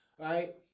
right